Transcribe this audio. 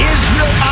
Israel